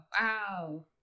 Wow